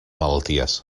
malalties